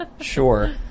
Sure